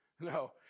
No